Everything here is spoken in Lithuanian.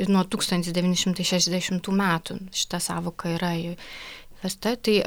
nuo tūkstantis devyni šimtai šešiasdešimtų metų šita sąvoka yra įvesta tai